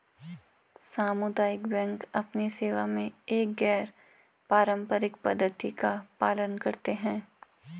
सामुदायिक बैंक अपनी सेवा में एक गैर पारंपरिक पद्धति का पालन करते हैं